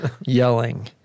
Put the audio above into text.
Yelling